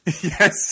Yes